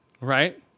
right